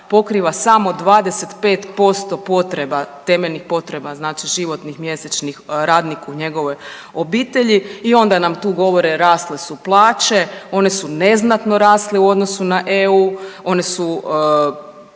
pokriva samo 25% potreba, temeljnih potreba, znači životnih mjesečnih radnik u njegovoj obitelji. I onda nam tu govore rasle su plaće, one su neznatno rasle u odnosu na EU, one su